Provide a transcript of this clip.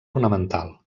ornamental